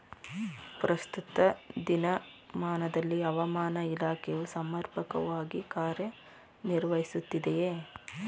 ಪ್ರಸ್ತುತ ದಿನಮಾನದಲ್ಲಿ ಹವಾಮಾನ ಇಲಾಖೆಯು ಸಮರ್ಪಕವಾಗಿ ಕಾರ್ಯ ನಿರ್ವಹಿಸುತ್ತಿದೆಯೇ?